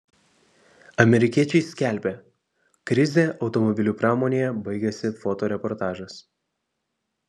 amerikiečiai skelbia krizė automobilių pramonėje baigėsi fotoreportažas